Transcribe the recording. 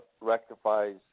rectifies